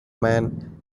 man